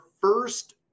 first